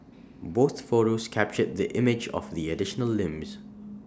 both photos captured the image of the additional limbs